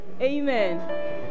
Amen